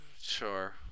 sure